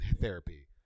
therapy